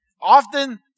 often